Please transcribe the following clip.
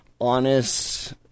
honest